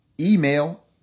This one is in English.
email